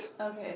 Okay